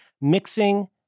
mixing